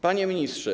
Panie Ministrze!